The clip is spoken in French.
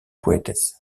poétesse